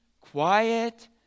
quiet